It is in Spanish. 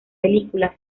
película